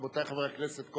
רבותי חברי הכנסת,